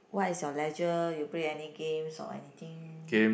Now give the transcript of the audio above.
what is your leisure you play any games or anything